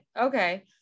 Okay